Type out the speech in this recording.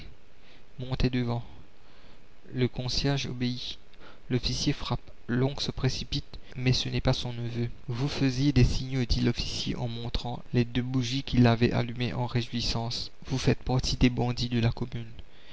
montez devant le concierge obéit la commune l'officier frappe l'oncle se précipite mais ce n'est pas son neveu vous faisiez des signaux dit l'officier en montrant les deux bougies qu'ils avaient allumées en réjouissance vous faites partie des bandits de la commune